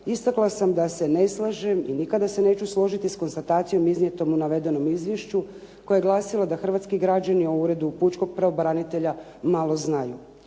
istakla sam da se ne slažem i nikada se neću složiti s konstatacijom iznijetom u navedenom izvješću koje je glasilo da hrvatski građani o uredu pučkog pravobranitelja malo znaju.